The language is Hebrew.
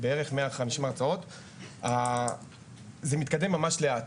זה מתקדם ממש לאט.